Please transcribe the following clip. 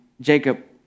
Jacob